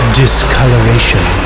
discoloration